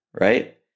right